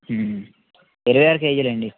ఇరవై ఆరు కేజీలు అండి